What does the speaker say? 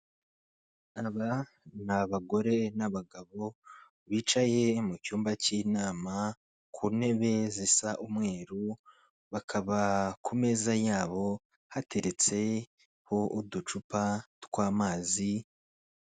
Aba ni abagore n'abagabo bicaye mu cyumba cy'inama, ku ntebe zisa umweru, bakaba ku meza yabo hateretseho uducupa tw'amazi.